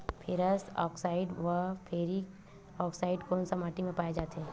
Ferrous oxide व ferric oxide कोन सा माटी म पाय जाथे?